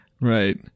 right